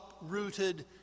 uprooted